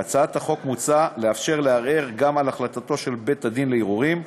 בהצעת החוק מוצע לאפשר לערער גם על החלטתו של בית-הדין לערעורים,